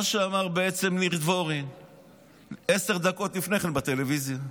מה שאמר בעצם ניר דבורי עשר דקות לפני כן בטלוויזיה,